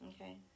Okay